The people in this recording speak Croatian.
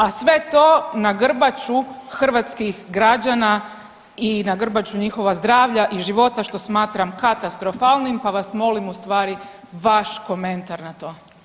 A sve to na grbaču hrvatskih građana i na grbaču njihova zdravlja i života što smatram katastrofalnim pa vas molim ustvari vaš komentar na to.